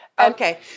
Okay